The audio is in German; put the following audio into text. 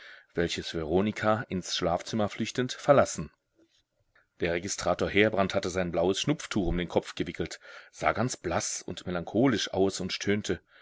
welches veronika ins schlafzimmer flüchtend verlassen der registrator heerbrand hatte sein blaues schnupftuch um den kopf gewickelt sah ganz blaß und melancholisch aus und stöhnte